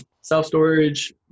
Self-storage